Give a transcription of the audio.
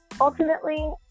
Ultimately